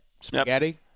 Spaghetti